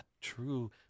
true